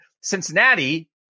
Cincinnati